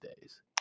days